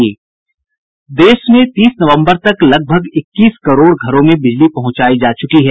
देश में तीस नवम्बर तक लगभग इक्कीस करोड़ घरों में बिजली पहंचाई जा चूकी है